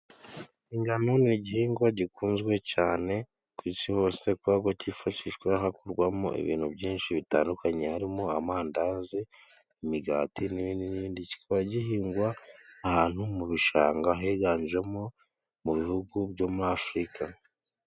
Ingano ni igihingwa gikunzwe cyane ku isi hose kubera ko cyifashishwa hakorwamo ibintu byinshi bitandukanye, harimo amandazi ,imigati n'ibindi . Kikaba gihingwa ahantu mu bishanga ,higanjemo mu bihugu byo muri Afurika.